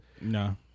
No